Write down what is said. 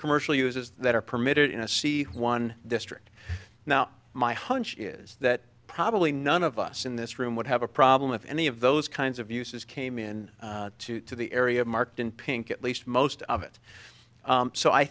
commercial uses that are permitted in a c one district now my hunch is that probably none of us in this room would have a problem with any of those kinds of uses came in to the area marked in pink at least most of it so i